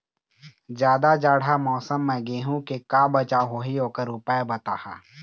जादा जाड़ा मौसम म गेहूं के का बचाव होही ओकर उपाय बताहा?